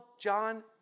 John